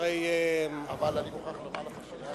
הרי במה אנחנו מדברים כאן?